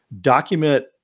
document